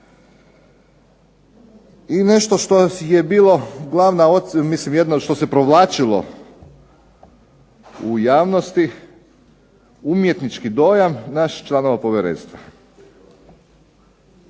I nešto što je bilo glavna, mislim jedno što se provlačilo u javnosti, umjetnički dojam naših članova povjerenstva.